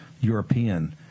European